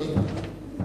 ההצעה לסדר-היום להביע